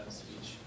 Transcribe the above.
speech